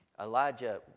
Elijah